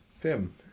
Tim